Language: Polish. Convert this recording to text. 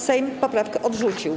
Sejm poprawkę odrzucił.